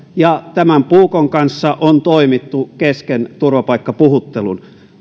ja tämän puukon kanssa on toimittu kesken turvapaikkapuhuttelun